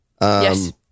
Yes